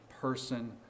person